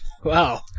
Wow